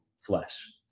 flesh